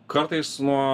kartais nuo